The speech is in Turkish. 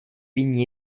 bin